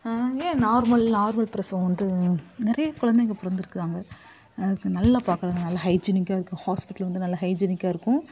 அங்கே normal normal பிரசவம் வந்து நிறைய குழந்தைகள் பிறந்துருக்காங்க நல்ல பார்க்குறாங்க நல்ல ஹைஜீனிக்காக இருக்குது ஹாஸ்ப்பிட்டல் வந்து நல்ல ஹைஜீனிக்காக இருக்கும்